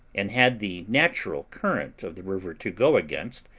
and had the natural current of the river to go against,